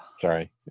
sorry